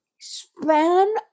span